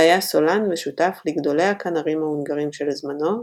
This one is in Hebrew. והיה סולן ושותף לגדולי הכנרים ההונגרים של זמנו,